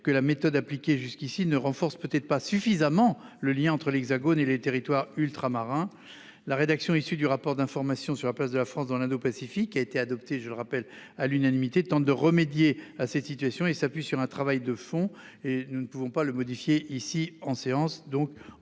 que la méthode appliquée jusqu'ici ne renforce peut-être pas suffisamment le lien entre l'Hexagone et les territoires ultramarins. La rédaction issue du rapport d'information sur la place de la France dans l'Indo-Pacifique, qui a été adopté- je le rappelle -à l'unanimité, tente de remédier à cette situation. Elle s'appuie sur un travail de fond, et nous ne pouvons pas la modifier comme cela en séance.